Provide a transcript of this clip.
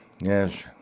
Yes